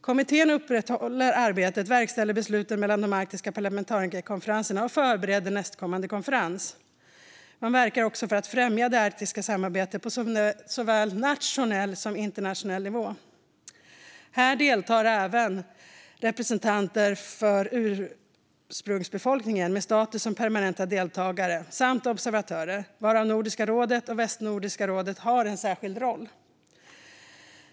Kommittén upprätthåller arbetet, verkställer besluten mellan de arktiska parlamentarikerkonferenserna och förbereder nästkommande konferens. Den verkar också för att främja det arktiska samarbetet på såväl nationell som internationell nivå. Där deltar även representanter för ursprungsbefolkningarna, som har status som permanenta deltagare, samt observatörer, däribland Nordiska rådet och Västnordiska rådet som har en särskild roll.